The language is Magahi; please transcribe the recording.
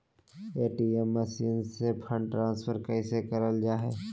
ए.टी.एम मसीन से फंड ट्रांसफर कैसे करल जा है?